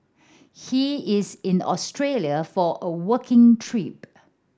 he is in Australia for a working trip